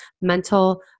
mental